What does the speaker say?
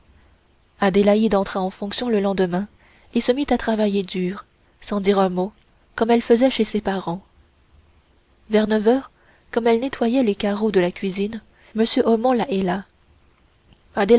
adélaïde entra en fonctions le lendemain et se mit à travailler dur sans dire un mot comme elle faisait chez ses parents vers neuf heures comme elle nettoyait les carreaux de la cuisine monsieur omont la